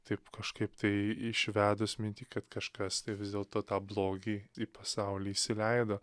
taip kažkaip tai išvedus mintį kad kažkas vis dėlto tą blogį į pasaulį įsileido